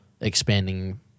expanding